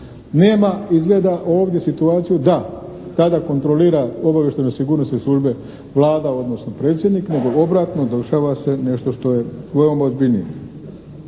Nema izgleda ovdje situaciju da kada kontrolira obavještajno-sigurnosne službe Vlada, odnosno predsjednik nego obratno, dešava se nešto što je veoma ozbiljnije.